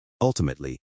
Ultimately